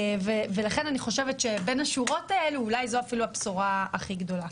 לכן אני חושבת שבין השורות האלה זו אולי אפילו הבשורה הכי גדולה.